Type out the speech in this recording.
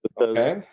Okay